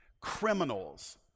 criminals